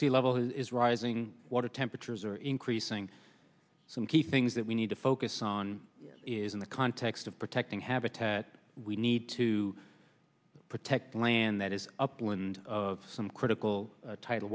sea level is rising water temperatures are increasing some key things that we need to focus on is in the context of protecting habitat we need to protect land that is upland of some critical title